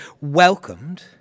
welcomed